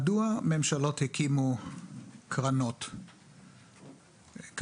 מדוע ממשלות הקימו קרנות כאלו?